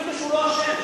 אפילו שהוא לא אשם.